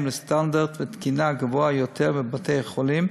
לסטנדרט תקינה גבוה יותר בבתי-החולים,